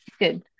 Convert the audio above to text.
good